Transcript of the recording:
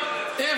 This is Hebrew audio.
לבד,